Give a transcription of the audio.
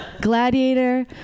Gladiator